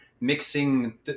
mixing